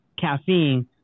caffeine